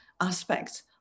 aspects